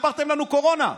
וסיפרתם לנו: קורונה.